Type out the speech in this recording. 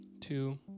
two